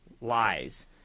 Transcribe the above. lies